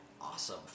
awesome